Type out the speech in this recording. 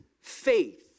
faith